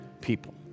people